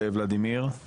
ולדימיר,